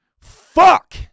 Fuck